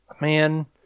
man